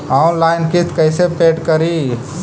Online किस्त कैसे paid करि?